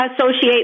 associate